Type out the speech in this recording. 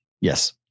Yes